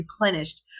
replenished